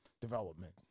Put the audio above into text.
development